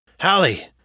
Hallie